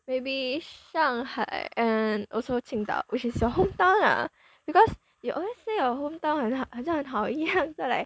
maybe 上海 and also 青岛 which is your hometown lah because you always say our hometown 很像很好一样的 leh